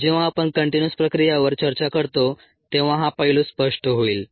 जेव्हा आपण कंटीन्युअस प्रक्रियांवर चर्चा करतो तेव्हा हा पैलू स्पष्ट होईल